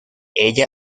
ella